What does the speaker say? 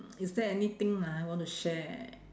is there anything I want to share